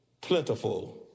plentiful